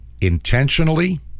intentionally